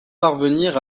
parvenir